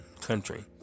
country